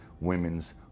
women's